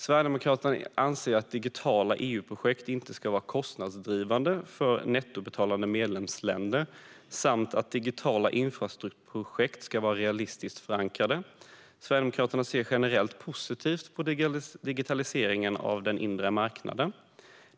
Sverigedemokraterna anser att digitala EU-projekt inte ska vara kostnadsdrivande för nettobetalande medlemsländer och att digitala infrastrukturprojekt ska vara realistiskt förankrade. Sverigedemokraterna ser generellt positivt på digitaliseringen på den inre marknaden.